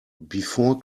before